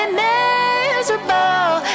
miserable